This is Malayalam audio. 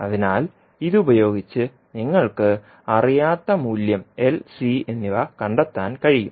അതിനാൽ ഇതുപയോഗിച്ച് നിങ്ങൾക്ക് അറിയാത്ത മൂല്യം എൽ സി LC എന്നിവ കണ്ടെത്താൻ കഴിയും